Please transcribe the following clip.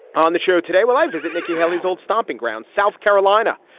on the show today while i visit nikki haley's old stomping grounds, south carolina.